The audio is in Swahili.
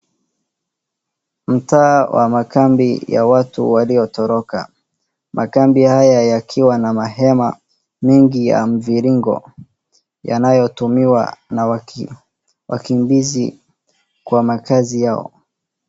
Mtaa wa makambi ya watu waliotoroka. Makambi haya yakiwa na mahema mingi ya mviringi yanayotumiwa na makimbizi kwa makaazi yao.